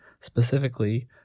Specifically